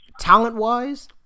Talent-wise